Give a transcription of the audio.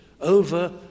over